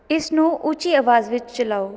ਇਸ ਨੂੰ ਉੱਚੀ ਆਵਾਜ਼ ਵਿੱਚ ਚਲਾਓ